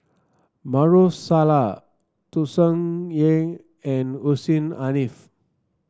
Maarof Salleh Tsung Yeh and Hussein Haniff